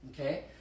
okay